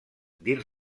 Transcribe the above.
dins